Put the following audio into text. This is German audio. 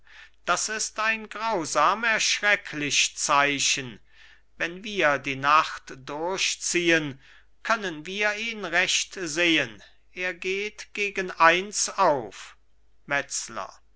das ist ein grausam erschrecklich zeichen wenn wir die nacht durch ziehen können wir ihn recht sehen er geht gegen eins auf metzler